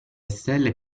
stelle